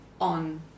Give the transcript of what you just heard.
on